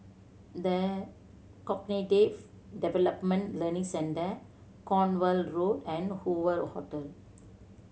The Cognitive Development Learning Centre Cornwall Road and Hoover Hotel